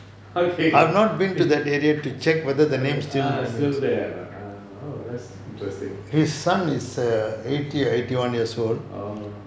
okay ah still there or not ah oh that's interesting orh